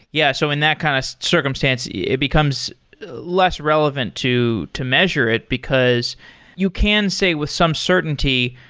yeah. so in that kind of circumstance, it becomes less relevant to to measure it, because you can say with some certainty,